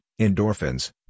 endorphins